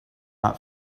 that